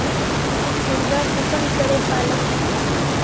हम मुर्गा कुंसम करे पालव?